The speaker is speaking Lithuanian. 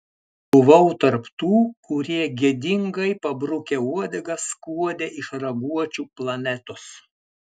buvau tarp tų kurie gėdingai pabrukę uodegas skuodė iš raguočių planetos